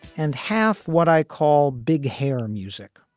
and half what i call big hair, music,